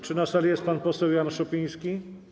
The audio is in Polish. Czy na sali jest pan poseł Jan Szopiński?